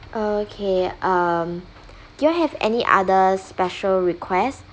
okay um do you have any other special requests